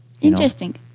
interesting